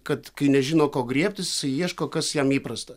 kad kai nežino ko griebtis jisai ieško kas jam neįprasta